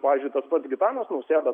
pavyzdžiui tas pats gitanas nausėda